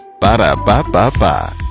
Ba-da-ba-ba-ba